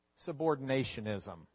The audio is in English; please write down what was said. subordinationism